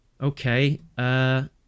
Okay